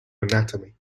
anatomy